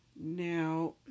Now